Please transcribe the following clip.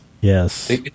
Yes